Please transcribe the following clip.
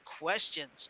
questions